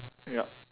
yup